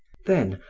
then,